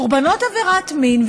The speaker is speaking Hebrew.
קורבנות עבירת מין,